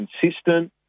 consistent